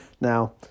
Now